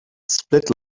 split